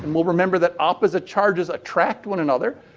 and well, remember that opposite charges attract one another.